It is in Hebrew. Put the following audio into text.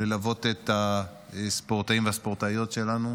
ללוות את הספורטאים והספורטאיות שלנו,